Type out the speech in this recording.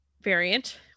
variant